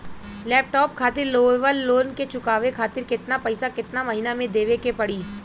Laptop खातिर लेवल loan के चुकावे खातिर केतना पैसा केतना महिना मे देवे के पड़ी?